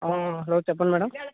ఆ హలో చెప్పండి మ్యాడం